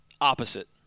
opposite